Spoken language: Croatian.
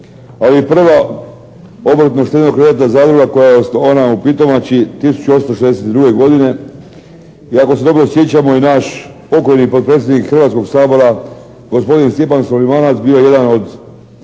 i prva obrtno-štedno-kreditna zadruga koja je osnovana u Pitomači 1862. godine i ako se dobro sjećamo i naš pokojni podpredsjednik Hrvatskog sabora gospodin Stjepan Sulimanac bio je jedan od